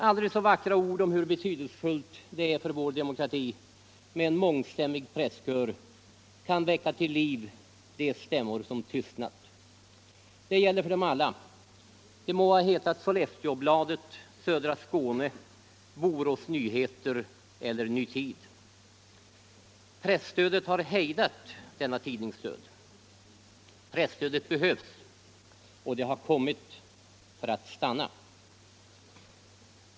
Aldrig så många vackra ord om hur betydelsefullt det är för vår demokrati med en mångstämmig presskör förmår inte väcka till liv de stämmor som tystnat. Det gäller för dem alla, de må ha hetat Sollefteå Bladet, Södra Skåne, Borås Nyheter eller Ny Tid. Presstödet har hejdat denna tidningsdöd. Presstödet behövs — och det har kommit för att stanna.